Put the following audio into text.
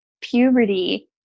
puberty